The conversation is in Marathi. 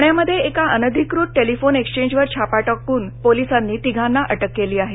ठाण्यामध्ये एका अनधिकृत टेलिफोन एक्सचेंजवर छापा टाकून पोलिसांनी तिघांना अटक केली आहे